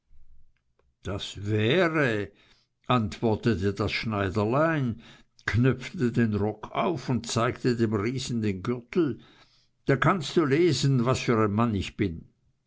das wäre antwortete das schneiderlein knöpfte den rock auf und zeigte dem riesen den gürtel da kannst du lesen was ich für ein mann bin